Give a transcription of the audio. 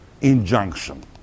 injunction